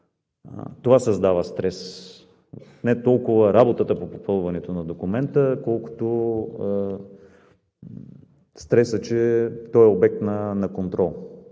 Това създава стрес – не толкова работата по попълване на документа, колкото стресът, че той е обект на контрол.